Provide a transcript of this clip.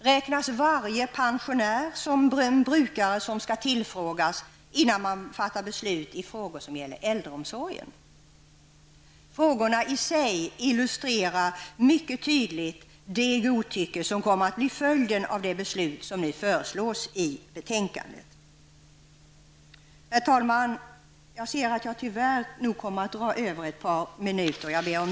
Räknas varje pensionär som en brukare som skall tillfrågas innan beslut skall fattas i frågor som gäller äldreomsorgen? Frågorna i sig illustrerar mycket tydligt det godtycke som kommer att bli följden av det beslut som föreslås i betänkandet. Herr talman!